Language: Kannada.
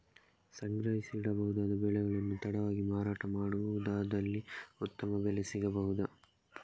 ಸಂಗ್ರಹಿಸಿಡಬಹುದಾದ ಬೆಳೆಗಳನ್ನು ತಡವಾಗಿ ಮಾರಾಟ ಮಾಡುವುದಾದಲ್ಲಿ ಉತ್ತಮ ಬೆಲೆ ಸಿಗಬಹುದಾ?